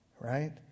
right